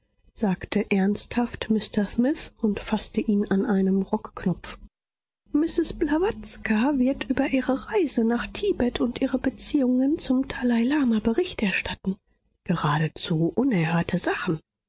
sagte ernsthaft mr smith und faßte ihn an einem rockknopf mrs blawatska wird über ihre reise nach tibet und ihre beziehungen zum dalai lama bericht erstatten geradezu unerhörte sachen